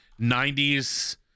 90s